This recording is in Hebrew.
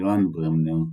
יואן ברמנר,